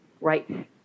right